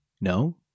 No